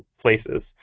places